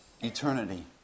eternity